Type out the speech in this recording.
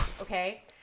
okay